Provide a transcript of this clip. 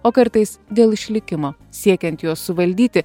o kartais dėl išlikimo siekiant juos suvaldyti